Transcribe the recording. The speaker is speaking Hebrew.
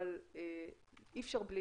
אבל אי אפשר בלי